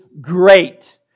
great